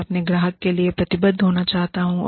मैं अपने ग्राहक के लिए प्रतिबद्ध होना चाहता हूं